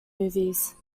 movies